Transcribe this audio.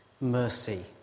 mercy